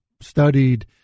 studied